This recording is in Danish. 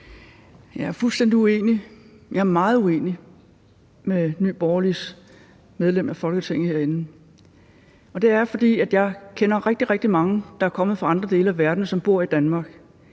jeg er meget uenig med Nye Borgerliges medlem af Folketinget herinde. Og det er jeg, fordi jeg kender rigtig, rigtig mange, der er kommet fra andre dele af verden, som bor i Danmark,